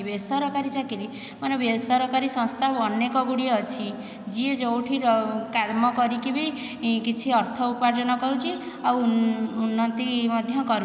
ବେସରକାରୀ ଚାକିରି ମାନେ ବେସରକାରୀ ସଂସ୍ଥା ଅନେକ ଗୁଡ଼ିଏ ଅଛି ଯିଏ ଯେଉଁଠି କାମ କରିକି ବି କିଛି ଅର୍ଥ ଉପାର୍ଜନ କରୁଛି ଆଉ ଉନ୍ନତି ମଧ୍ୟ କରୁଛି